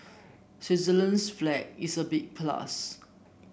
Switzerland's flag is a big plus